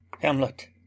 hamlet